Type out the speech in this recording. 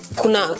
kuna